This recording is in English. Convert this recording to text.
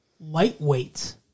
lightweight